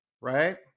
right